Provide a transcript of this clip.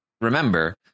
remember